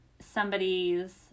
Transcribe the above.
somebody's